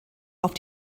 auf